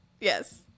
Yes